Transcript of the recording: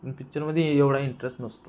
पण पिक्चरमध्ये एवढा इंटरेस्ट नसतो